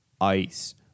Ice